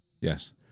Yes